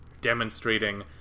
demonstrating